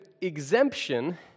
exemption